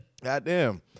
Goddamn